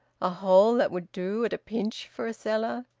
a hole that would do at a pinch for a cellar,